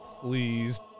Please